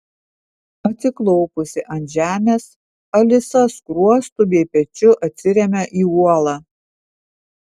atsiklaupusi ant žemės alisa skruostu bei pečiu atsiremia į uolą